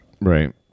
Right